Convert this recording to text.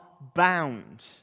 bound